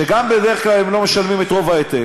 שגם בדרך כלל הם לא משלמים את רוב ההיטל,